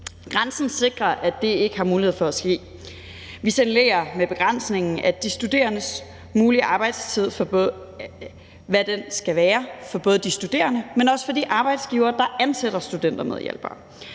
Grænsen sikrer, at det ikke har mulighed for at ske. Vi signalerer med begrænsningen, hvad den mulige arbejdstid skal være for både de studerende, men også for de arbejdsgivere, der ansætter studentermedhjælpere.